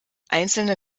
einzelne